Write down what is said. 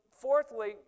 Fourthly